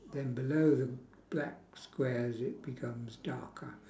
then below the black squares it becomes darker